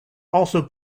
also